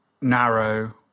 narrow